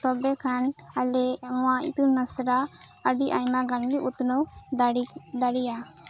ᱛᱚᱵᱮ ᱠᱷᱟᱱ ᱟᱞᱮ ᱱᱚᱶᱟ ᱤᱛᱩᱱ ᱟᱥᱲᱟ ᱟᱹᱰᱤ ᱟᱭᱢᱟ ᱜᱟᱱ ᱜᱮ ᱩᱛᱱᱟᱹᱣ ᱫᱟᱲᱮ ᱫᱟᱲᱮᱭᱟᱜᱼᱟ